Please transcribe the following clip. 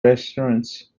restaurants